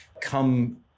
come